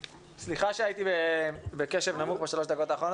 סליחה שהייתי בקשב נמוך בשלוש הדקות האחרונות.